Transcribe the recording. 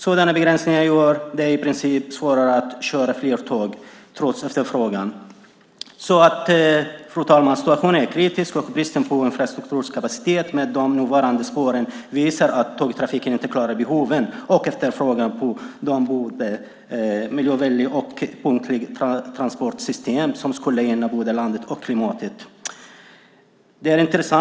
Sådana begränsningar gör det svårare att köra fler tåg, trots efterfrågan. Situationen är kritisk. Bristen på infrastrukturkapacitet med de befintliga spåren visar att tågtrafiken inte klarar behovet av och efterfrågan på ett miljövänligt och punktligt transportsystem som skulle gynna både landet och klimatet.